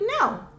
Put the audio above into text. no